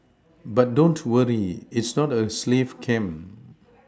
but don't worry its not a slave camp